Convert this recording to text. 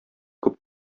күп